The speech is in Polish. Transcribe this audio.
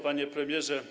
Panie Premierze!